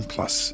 Plus